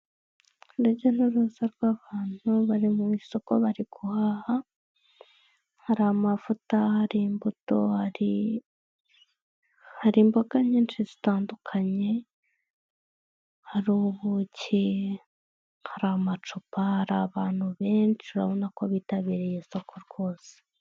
Ndetse n'uruza rw'abantu bari mu isoko bari guhaha, hari amavuta, hari imbuto, hari imboga nyinshi zitandukanye, hari ubuki, hari amacupa, hari abantu benshi urabona ko bitabiriye isoko rwose.